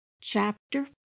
Chapter